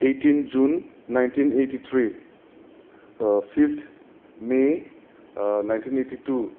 ओइथिन June nineteen eighty three fifth May nineteen eighty two